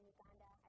Uganda